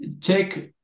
check